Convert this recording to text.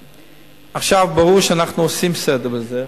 עכשיו ברור שאנחנו עושים סדר בזה.